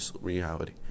reality